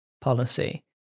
policy